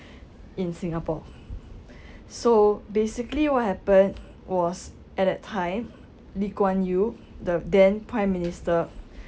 in singapore so basically what happened was at that time lee kuan yew the then prime minister